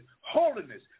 holiness